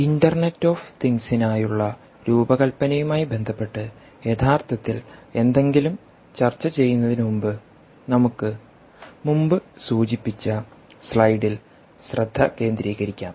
internet of തിംഗ്സിനായുള്ള രൂപകൽപ്പനയുമായി ബന്ധപ്പെട്ട് യഥാർത്ഥത്തിൽ എന്തെങ്കിലും ചർച്ച ചെയ്യുന്നതിനു മുമ്പ് നമുക്ക് മുമ്പ് സൂചിപ്പിച്ച സ്ലൈഡിൽ ശ്രദ്ധ കേന്ദ്രീകരിക്കാം